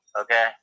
okay